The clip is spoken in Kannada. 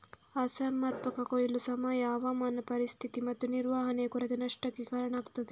ಅಸಮರ್ಪಕ ಕೊಯ್ಲು, ಸಮಯ, ಹವಾಮಾನ ಪರಿಸ್ಥಿತಿ ಮತ್ತು ನಿರ್ವಹಣೆಯ ಕೊರತೆ ನಷ್ಟಕ್ಕೆ ಕಾರಣ ಆಗ್ತದೆ